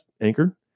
Anchor